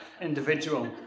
individual